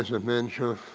adventure.